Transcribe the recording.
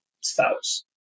spouse